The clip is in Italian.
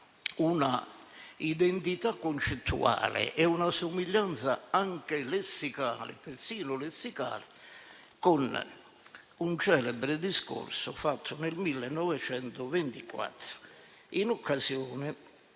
una identità concettuale e una somiglianza persino lessicale, con un celebre discorso fatto nel 1924, in occasione